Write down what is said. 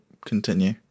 continue